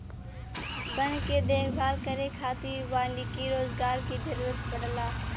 वन के देखभाल करे खातिर वानिकी रोजगार के जरुरत पड़ला